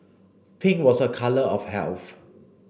pink was a colour of health